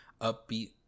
upbeat